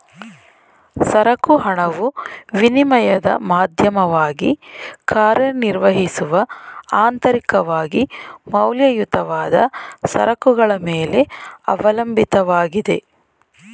ಸರಕು ಹಣವು ವಿನಿಮಯದ ಮಾಧ್ಯಮವಾಗಿ ಕಾರ್ಯನಿರ್ವಹಿಸುವ ಅಂತರಿಕವಾಗಿ ಮೌಲ್ಯಯುತವಾದ ಸರಕುಗಳ ಮೇಲೆ ಅವಲಂಬಿತವಾಗಿದೆ